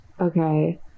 okay